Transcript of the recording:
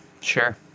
Sure